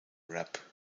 rap